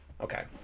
okay